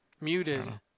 Muted